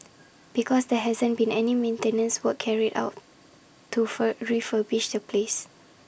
because there hasn't been any maintenance works carried out to fur refurbish the place